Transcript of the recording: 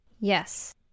Yes